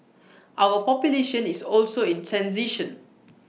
our population is also in transition